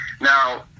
now